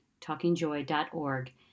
talkingjoy.org